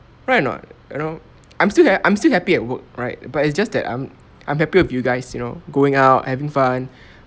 right or not you know I'm still ha~ I'm still happy at work right but it's just that I'm I'm happy with you guys you know going out having fun